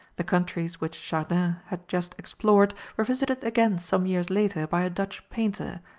the countries which chardin had just explored were visited again some years later by a dutch painter,